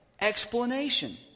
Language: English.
explanation